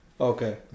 Okay